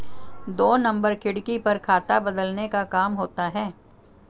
दो नंबर खिड़की पर खाता बदलने का काम होता है